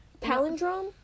Palindrome